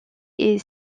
est